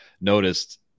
noticed –